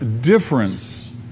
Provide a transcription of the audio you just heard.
difference